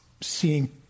seeing